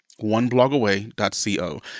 oneblogaway.co